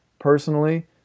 personally